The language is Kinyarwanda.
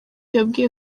yabwiye